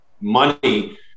money